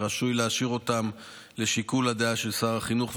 וראוי להשאיר אותן לשיקול הדעת של שר החינוך,